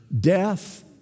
death